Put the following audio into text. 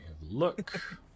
look